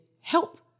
help